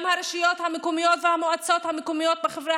גם הרשויות המקומיות והמועצות המקומיות בחברה